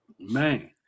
Man